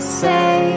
say